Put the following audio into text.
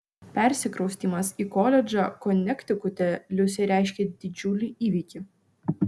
persikraustymas į koledžą konektikute liusei reiškė didžiulį įvykį